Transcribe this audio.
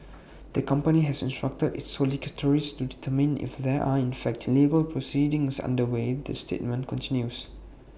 the company has instructed its solicitors to determine if there are in fact legal proceedings underway the statement continues